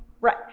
right